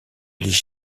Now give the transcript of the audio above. les